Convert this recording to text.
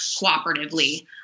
cooperatively